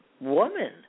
woman